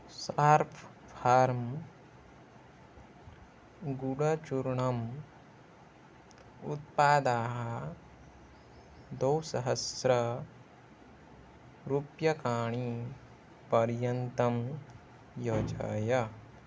सार्प् farm गुडचूर्णम् उत्पादाः द्विसहस्ररूप्यकाणि पर्यन्तं योजय